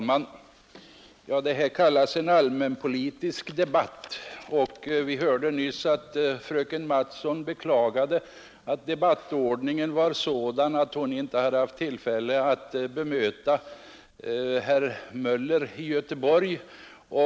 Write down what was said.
Herr talman! Denna debatt kallas allmänpolitisk. Vi hörde nyss att fröken Mattson beklagade att debattordningen var sådan att hon inte hade haft tillfälle att bemöta herr Möller i Göteborg.